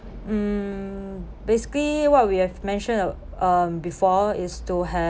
mm basically what we have mentioned um before is to